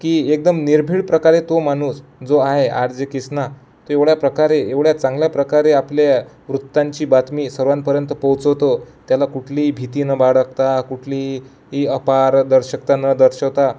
की एकदम निर्भीड प्रकारे तो माणुस जो आहे आर जी किसना तो एवढ्या प्रकारे एवढ्या चांगल्या प्रकारे आपल्या वृत्तांची बातमी सर्वांपर्यंत पोहोचवतो त्याला कुठलीही भीती न बाळगता कुठलीही अपारदर्शकता न दर्शवता